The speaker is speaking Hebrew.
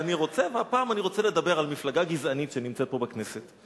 והפעם אני רוצה לדבר על מפלגה גזענית שנמצאת פה בכנסת.